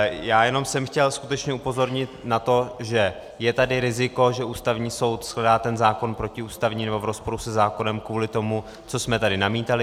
Já jsem jenom chtěl skutečně upozornit na to, že je tady riziko, že Ústavní soud shledá ten zákon protiústavním nebo v rozporu se zákonem kvůli tomu, co jsme tady namítali.